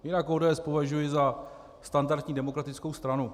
Jinak ODS považuji za standardní demokratickou stranu.